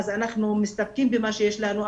אז אנחנו מסתפקים במה שיש לנו,